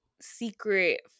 secret